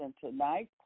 tonight